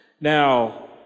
Now